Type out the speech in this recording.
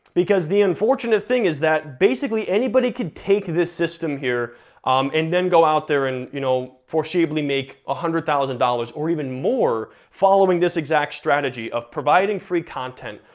because the unfortunate thing is that basically anybody could take this system here um and then go out there and you know foreseeably make ah hundred thousand dollars or even more following this exact strategy of providing free content,